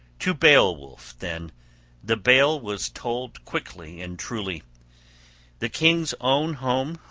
to beowulf then the bale was told quickly and truly the king's own home,